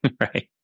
right